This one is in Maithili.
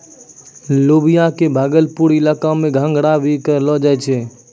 लोबिया कॅ भागलपुर इलाका मॅ घंघरा भी कहलो जाय छै